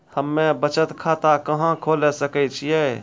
हम्मे बचत खाता कहां खोले सकै छियै?